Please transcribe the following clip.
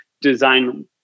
design